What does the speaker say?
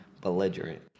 belligerent